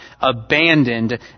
abandoned